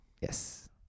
Yes